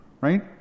right